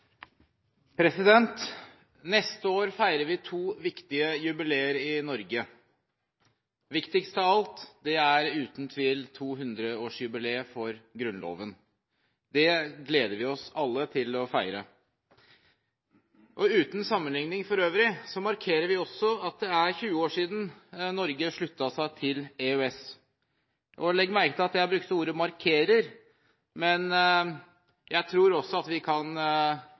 uten tvil 200-årsjubileet for Grunnloven. Det gleder vi oss alle til å feire. Uten sammenligning for øvrig markerer vi også at det er 20 år siden Norge sluttet seg til EØS. Legg merke til at jeg brukte ordet «markerer», men jeg tror at vi kan